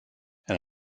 and